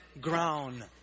ground